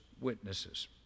witnesses